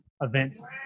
events